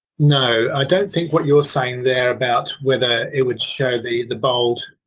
no i don't think what you are saying there about whether it would show the the bold,